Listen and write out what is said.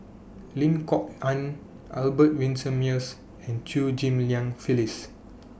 Lim Kok Ann Albert Winsemius and Chew Ghim Lian Phyllis